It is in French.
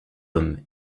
homme